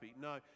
No